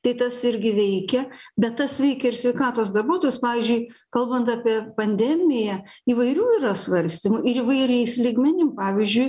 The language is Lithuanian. tai tas irgi veikia bet tas veikia ir sveikatos darbuotojus pavyzdžiui kalbant apie pandemiją įvairių yra svarstymų ir įvairiais lygmenim pavyzdžiui